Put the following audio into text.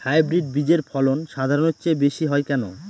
Hybrid বীজের ফলন সাধারণের চেয়ে বেশী হয় কেনো?